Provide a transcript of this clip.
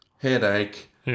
headache